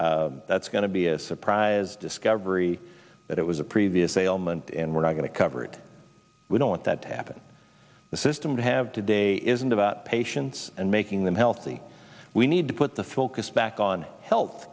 that's going to be a surprise discovery that it was a previous ailment and we're not going to cover it we don't want that to happen the system to have today isn't about patients and making them healthy we need to put the focus back on health